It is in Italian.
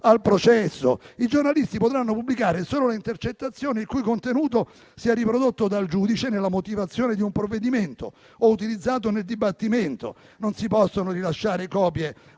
al processo. I giornalisti potranno pubblicare solo le intercettazioni il cui contenuto sia riprodotto dal giudice nella motivazione di un provvedimento o utilizzato nel dibattimento. Non si possono rilasciare copie